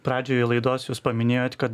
pradžioje laidos jūs paminėjot kad